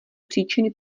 příčiny